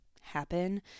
happen